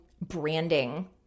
branding